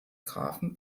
grafen